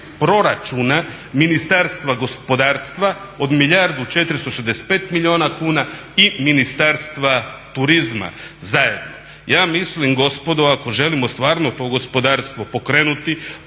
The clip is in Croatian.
proračuna Ministarstva gospodarstva, od milijardu i 465 milijuna kuna i Ministarstva turizma zajedno. Ja mislim gospodo ako želimo stvarno to gospodarstvo pokrenuti